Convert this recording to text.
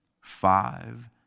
five